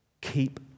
Keep